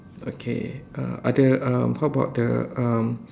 okay uh ada um how about the um